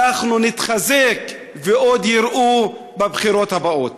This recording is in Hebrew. אנחנו נתחזק, ועוד יראו בבחירות הבאות.